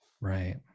right